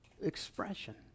expression